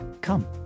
Come